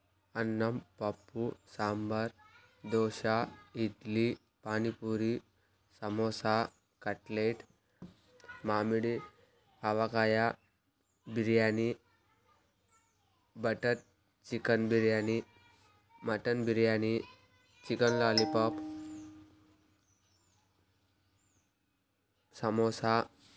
అన్నం పప్పు సాంబార్ దోశ ఇడ్లీ పానీపూరి సమోసా కట్లెట్ మామిడి avakaya biryani butter chicken biryani mutton biryani chicken lollipop samosa